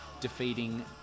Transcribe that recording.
defeating